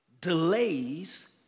Delays